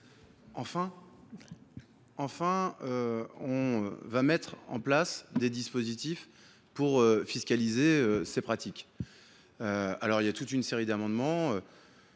Enfin, on va mettre en place des dispositifs pour fiscaliser ces pratiques. Un certain nombre d’amendements